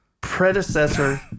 predecessor